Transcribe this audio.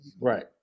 Right